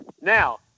Now